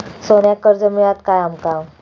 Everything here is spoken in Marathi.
सोन्याक कर्ज मिळात काय आमका?